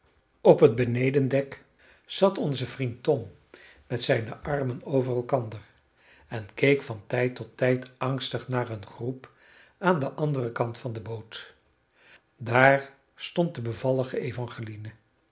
op het benedendek zat onze vriend tom met zijne armen over elkander en keek van tijd tot tijd angstig naar een groep aan den anderen kant van de boot daar stond de bevallige evangeline